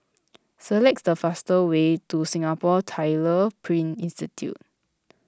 select the fastest way to Singapore Tyler Print Institute